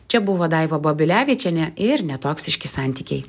čia buvo daiva babilevičienė ir netoksiški santykiai